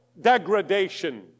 degradation